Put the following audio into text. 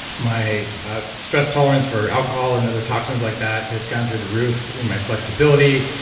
my stress tolerance for alcohol and other toxins like that has gone through the roof. my flexibility.